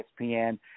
ESPN